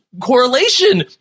correlation